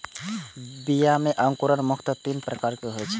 बीया मे अंकुरण मुख्यतः तीन प्रकारक होइ छै